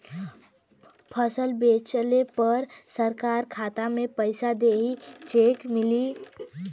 फसल बेंचले पर सरकार खाता में पैसा देही की चेक मिली?